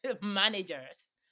managers